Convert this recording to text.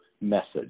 message